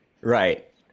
Right